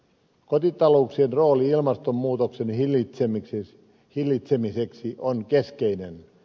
kotitalouksien rooli ilmastonmuutoksen hillitsemiseksi on keskeinen